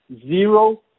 zero